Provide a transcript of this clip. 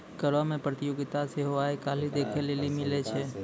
करो मे प्रतियोगिता सेहो आइ काल्हि देखै लेली मिलै छै